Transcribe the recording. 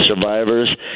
survivors